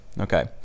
Okay